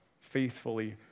faithfully